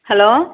hello